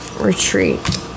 Retreat